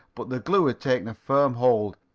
but the glue had taken a firm hold,